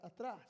atrás